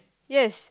yes